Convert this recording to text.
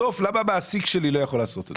למה המעסיק שלי לא יכול לעשות ?